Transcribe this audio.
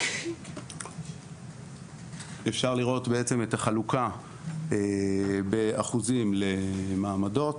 אפשר לראות את החלוקה באחוזים למעמדות.